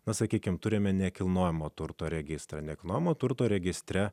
na sakykime turime nekilnojamo turto registrą nekilnojamo turto registre